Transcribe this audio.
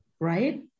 right